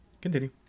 Continue